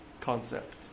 concept